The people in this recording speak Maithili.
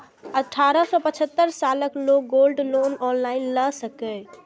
अठारह सं पचहत्तर सालक लोग गोल्ड लोन ऑनलाइन लए सकैए